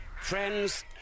Friends